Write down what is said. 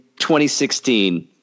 2016